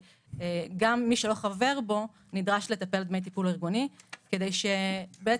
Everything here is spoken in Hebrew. גם מי שלא חבר בו נדרש לשלם דמי טיפול ארגוני כדי שבעצם